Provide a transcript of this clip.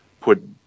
put